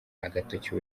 agatoki